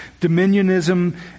Dominionism